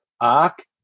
arc